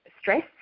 stress